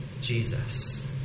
Jesus